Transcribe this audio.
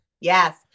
Yes